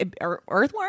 Earthworm